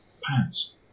pants